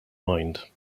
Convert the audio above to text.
mind